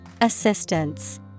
Assistance